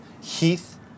heath